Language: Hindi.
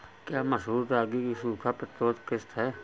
क्या मसूर रागी की सूखा प्रतिरोध किश्त है?